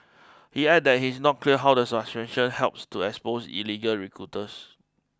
he added that it is not clear how the suspension helps to expose illegal recruiters